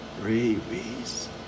Rabies